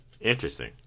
Interesting